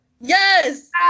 Yes